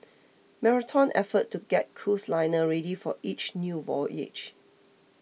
marathon effort to get cruise liner ready for each new voyage